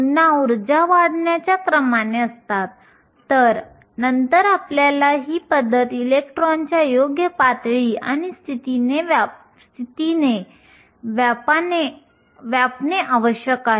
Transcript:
त्याचप्रमाणे SiO2 जे काचेचे आहे त्यामध्ये अंदाजे 10 इलेक्ट्रॉन व्होल्टचे बँड अंतर असते